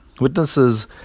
Witnesses